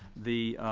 the